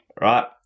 right